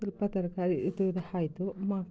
ಸ್ವಲ್ಪ ತರಕಾರಿ ಇದು ಆಯ್ತು ಮ